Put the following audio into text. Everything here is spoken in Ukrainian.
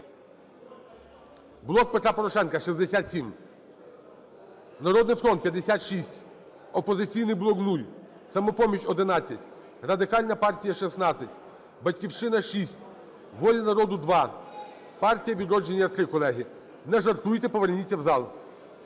"Блок Петра Порошенка" – 67, "Народний фронт" – 56, "Опозиційний блок" – 0, "Самопоміч" – 11, Радикальна партія – 16, "Батьківщина"- 6, "Воля народу" – 2, "Партія "Відродження" – 3. Колеги, не жартуйте, поверніться в зал.